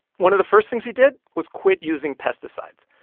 one of the first things he did was quit using pesticides.